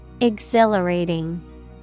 Exhilarating